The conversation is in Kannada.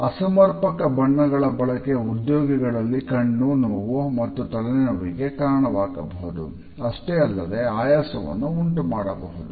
ಅಸಮರ್ಪಕ ಬಣ್ಣಗಳ ಬಳಕೆ ಉದ್ಯೋಗಿಗಳಲ್ಲಿ ಕಣ್ಣು ನೋವು ಅಥವಾ ತಲೆನೋವಿಗೆ ಕಾರಣವಾಗಬಹುದು ಅಷ್ಟೇ ಅಲ್ಲದೆ ಆಯಾಸವನ್ನು ಉಂಟುಮಾಡಬಹುದು